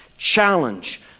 challenge